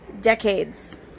decades